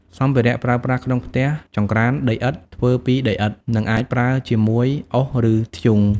សម្ភារៈប្រើប្រាស់ក្នុងផ្ទះចង្ក្រានដីឥដ្ឋ ធ្វើពីដីឥដ្ឋ និងអាចប្រើជាមួយអុស ឬធ្យូង។